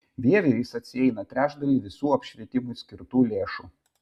vieviui jis atsieina trečdalį visų apšvietimui skirtų lėšų